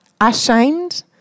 ashamed